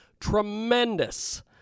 tremendous